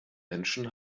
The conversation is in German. menschen